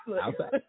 Outside